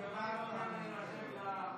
להירשם?